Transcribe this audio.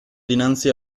dinanzi